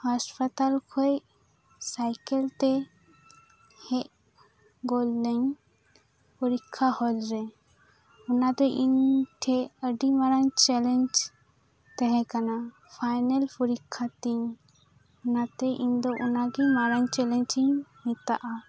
ᱦᱟᱥᱯᱟᱛᱟᱞ ᱠᱷᱚᱱ ᱥᱟᱭᱠᱮᱞ ᱛᱮ ᱦᱮᱡ ᱜᱚᱞ ᱮᱱᱟᱭᱤᱧ ᱯᱚᱨᱤᱠᱠᱷᱟ ᱦᱚᱞ ᱨᱮ ᱚᱱᱟ ᱫᱚ ᱤᱧ ᱴᱷᱮᱡ ᱟᱹᱰᱤ ᱢᱟᱨᱟᱝ ᱪᱮᱞᱮᱧᱡ ᱛᱟᱦᱮᱸ ᱠᱟᱱᱟ ᱯᱷᱟᱭᱱᱮᱞ ᱯᱚᱨᱤᱠᱠᱷᱟ ᱛᱤᱧ ᱚᱱᱟᱛᱮ ᱤᱧ ᱫᱚ ᱚᱱᱟ ᱢᱟᱨᱟᱝ ᱪᱮᱞᱮᱧᱡ ᱤᱧ ᱢᱮᱛᱟᱜᱼᱟ